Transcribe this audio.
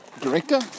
director